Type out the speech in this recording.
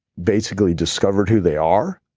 basically discovered who they are,